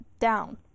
down